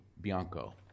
Bianco